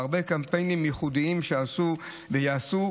בהרבה קמפיינים ייחודיים שנעשו וייעשו,